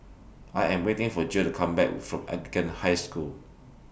I Am waiting For Jill Come Back from Anglican High School